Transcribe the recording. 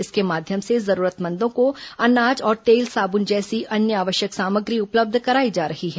इसके माध्यम से जरूरतमंदों को अनाज और तेल साबुन जैसे अन्य आवश्यक सामग्री उपलब्ध कराई जा रही है